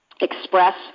express